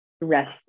rest